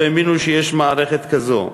לא האמינו שיש מערכת כזאת.